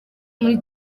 muri